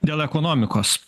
dėl ekonomikos